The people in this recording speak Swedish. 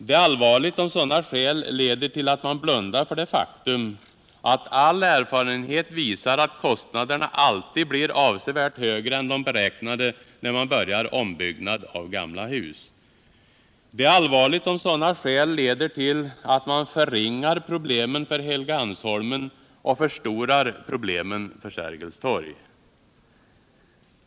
Det är allvarligt om sådana skäl leder till att man blundar för det faktum att all erfarenhet visar att kostnaderna alltid blir avsevärt högre än de beräknade när man börjar ombyggnad av gamla hus. Det är allvarligt om sådana skäl leder till att man förringar problemen för Helgeandsholmen och förstorar problemen för Scrgels torg.